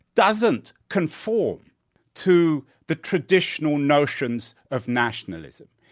doesn't conform to the traditional notions of nationalism.